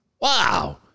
Wow